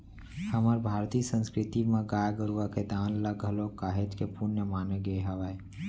हमर भारतीय संस्कृति म गाय गरुवा के दान ल घलोक काहेच के पुन्य माने गे हावय